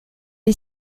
est